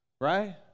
Right